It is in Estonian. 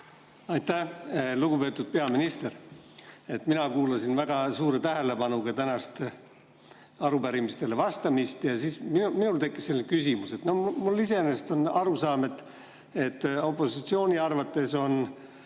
Aitäh, lugupeetud peaminister! Mina kuulasin väga tähelepanelikult tänast arupärimistele vastamist. Minul tekkis selline küsimus. Mul iseenesest on arusaam, et opositsiooni arvates on